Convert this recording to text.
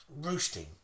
roosting